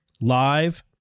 live